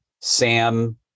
Sam